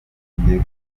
bafungiye